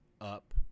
up